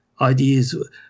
ideas